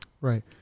Right